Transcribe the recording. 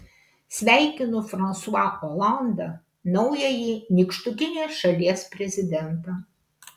sveikinu fransua olandą naująjį nykštukinės šalies prezidentą